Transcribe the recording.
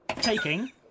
taking